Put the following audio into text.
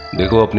the groom